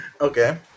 Okay